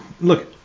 look